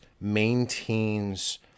maintains